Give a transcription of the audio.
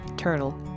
turtle